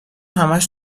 همش